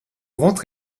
ventre